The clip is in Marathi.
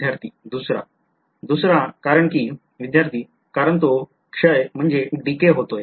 विध्यार्थी दुसरा दुसरा कारण कि विध्यार्थी कारण तो क्षय होतोय